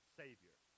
savior